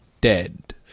dead